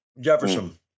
Jefferson